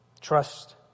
Trust